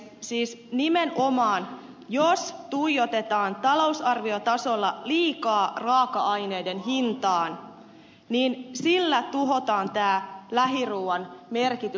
siis nimenomaan jos tuijotetaan talousarviotasolla liikaa raaka aineiden hintaan niin sillä tuhotaan tämä lähiruuan merkitys